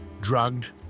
drugged